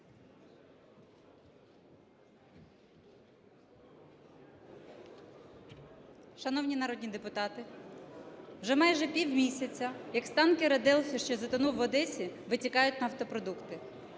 Шановні народні депутати, вже майже півмісяця, як із танкера "Делфі", що затонув в Одесі, витікають нафтопродукти.